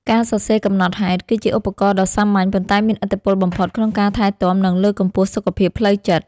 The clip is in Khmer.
ការសរសេរកំណត់ហេតុ គឺជាឧបករណ៍ដ៏សាមញ្ញ ប៉ុន្តែមានឥទ្ធិពលបំផុតក្នុងការថែទាំ និងលើកកម្ពស់សុខភាពផ្លូវចិត្ត។